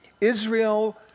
Israel